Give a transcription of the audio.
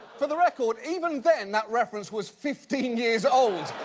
for the record, even then that reference was fifteen years old.